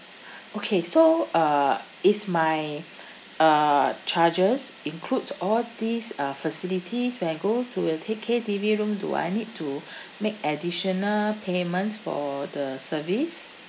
okay so uh is my uh charges include all these uh facilities when I go to uh the K_T_V room do I need to make additional payments for the service